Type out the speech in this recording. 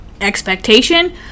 expectation